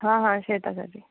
हा हा शेतासाठी